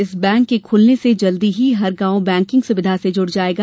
इस बैंक के खुलने से जल्दी ही हर गांव बैकिंग सुविधा से जुड़ जाएगा